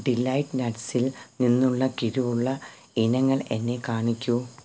delight നട്ട്സിൽ നിന്നുള്ള കിഴിവുള്ള ഇനങ്ങൾ എന്നെ കാണിക്കൂ